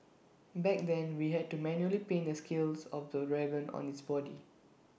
back then we had to manually paint the scales of the dragon on its body